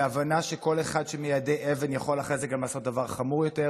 והבנה שכל אחד שמיידה אבן יכול אחרי זה גם לעשות דבר חמור יותר,